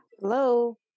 Hello